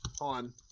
on